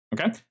Okay